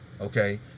Okay